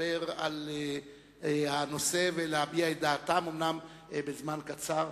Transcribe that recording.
לדבר על הנושא ולהביע את דעתם בזמן קצר.